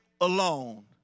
alone